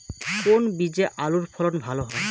কোন বীজে আলুর ফলন ভালো হয়?